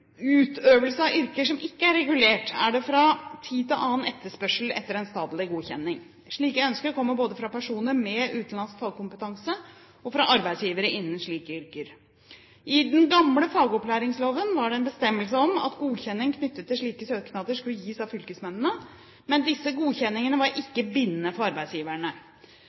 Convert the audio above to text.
utøvelse av yrker som ikke er regulert, er det fra tid til annen etterspørsel etter en statlig godkjenning. Slike ønsker kommer både fra personer med utenlandsk fagkompetanse og fra arbeidsgivere innen slike yrker. I den gamle fagopplæringsloven var det en bestemmelse om at godkjenning knyttet til slike søknader skulle gis av fylkesmennene, men disse godkjenningene var ikke bindende for arbeidsgiverne.